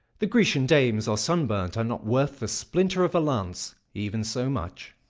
the grecian dames are sunburnt and not worth the splinter of a lance. even so much.